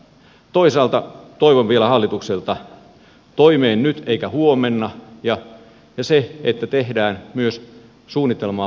toisaalta toivon vielä hallitukselta että toimeen nyt eikä huomenna ja että tehdään myös suunnitelmaa parlamentaariselta pohjalta